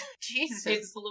jesus